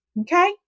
Okay